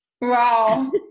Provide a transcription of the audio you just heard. Wow